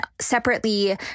separately